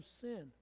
sin